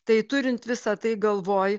tai turint visa tai galvoj